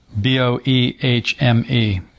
B-O-E-H-M-E